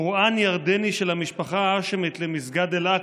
קוראן ירדני של המשפחה ההאשמית, למסגד אל-אקצא,